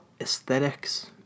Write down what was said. aesthetics